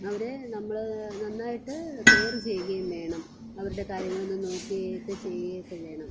അവരെ നമ്മൾ നന്നായിട്ട് കെയർ ചെയ്യുകയും വേണം അവരുടെ കാര്യങ്ങൾ ഒന്ന് നോക്കുകയും ഒക്കെ ചെയ്യുകയും ഒക്കെ വേണം